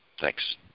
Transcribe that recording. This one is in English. Thanks